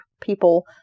people